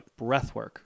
breathwork